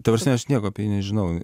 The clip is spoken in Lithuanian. ta prasme aš nieko nežinau